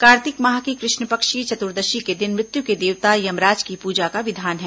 कार्तिक माह की कृष्ण पक्ष की चतुर्दशी के दिन मृत्यु के देवता यमराज की पूजा का विधान है